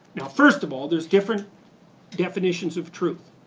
first of all, there's different definitions of truth.